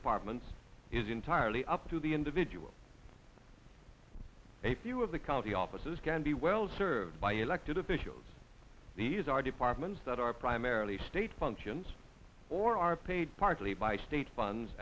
departments is entirely up to the individual a few of the county offices can be well served by elected officials these are departments that are primarily state functions or are paid partly by state funds